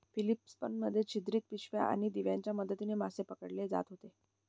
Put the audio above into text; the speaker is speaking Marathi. फिलीपिन्स मध्ये छिद्रित पिशव्या आणि दिव्यांच्या मदतीने मासे पकडले जात होते